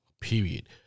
period